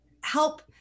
help